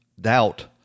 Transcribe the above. doubt